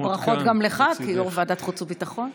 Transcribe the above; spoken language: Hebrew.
הברכות גם לך כיושב-ראש ועדת חוץ וביטחון.